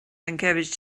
encouraged